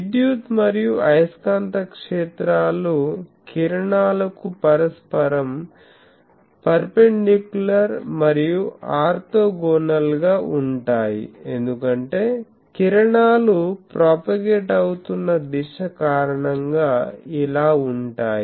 విద్యుత్ మరియు అయస్కాంత క్షేత్రాలు కిరణాలకు పరస్పరం పర్పెన్డికులర్ మరియు ఆర్తోగోనల్గా ఉంటాయి ఎందుకంటే కిరణాలు ప్రాపగేట్ అవుతున్న దిశ కారణంగా ఇలా ఉంటాయి